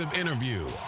interview